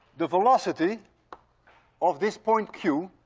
the velocity of this point q,